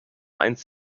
eins